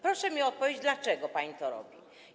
Proszę mi powiedzieć, dlaczego pani to robi.